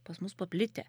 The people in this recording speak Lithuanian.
pas mus paplitę